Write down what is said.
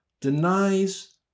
denies